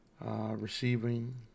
receiving